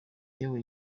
yewe